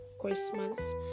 Christmas